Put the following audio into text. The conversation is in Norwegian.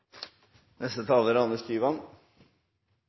Neste taler er